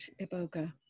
iboga